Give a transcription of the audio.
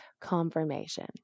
confirmation